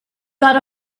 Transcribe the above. got